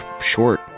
short